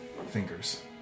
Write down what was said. Fingers